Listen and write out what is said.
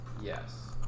yes